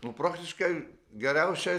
nu praktiškai geriausia